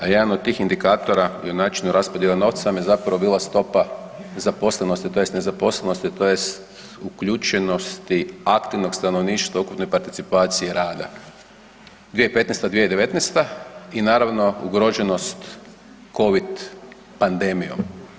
A jedan od tih indikatora i o načinu raspodjele novca vam je zapravo bila stopa zaposlenosti, tj. nezaposlenosti tj. uključenosti aktivnog stanovništva ukupnoj participaciji rada 2015.-2019. i naravno ugroženost Covid pandemijom.